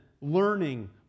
learning